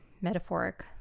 metaphoric